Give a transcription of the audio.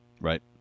Right